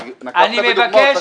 כי נקבתם בדוגמאות,